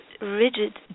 rigid